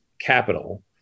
capital